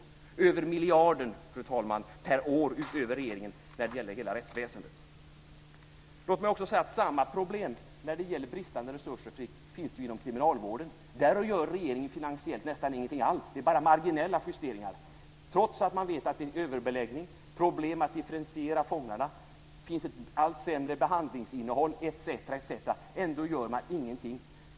Det är över miljarden per år, fru talman, utöver regeringens förslag när det gäller hela rättsväsendet. Låt mig också säga att samma problem när det gäller bristande resurser finns inom kriminalvården. Där gör regeringen finansiellt nästan ingenting alls, bara marginella justeringar, trots att man vet att det är överbeläggning, problem med att differentiera fångarna, ett allt sämre behandlingsinnehåll etc. Ändå gör man ingenting.